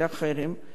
תודה רבה לכם.